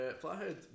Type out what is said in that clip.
Flathead